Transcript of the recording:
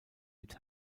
mit